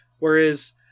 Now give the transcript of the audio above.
Whereas